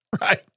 Right